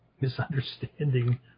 misunderstanding